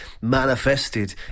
manifested